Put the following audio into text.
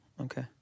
okay